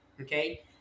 Okay